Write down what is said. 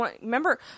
remember